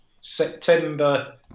September